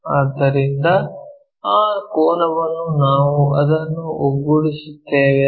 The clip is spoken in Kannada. ಆದ್ದರಿಂದ ಆ ಕೋನವನ್ನು ನಾವು ಅದನ್ನು ಒಗ್ಗೂಡಿಸುತ್ತೇವೆ